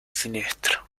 siniestro